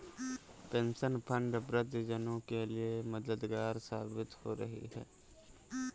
pension fund वृद्ध जनों के लिए मददगार साबित हो रही है